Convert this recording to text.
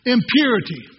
Impurity